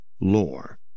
lore